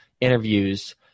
interviews